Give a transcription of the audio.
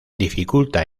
dificulta